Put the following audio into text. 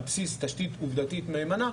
על בסיס תשתית עובדתית מהימנה,